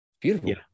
beautiful